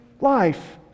life